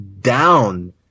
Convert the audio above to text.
down